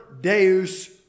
Deus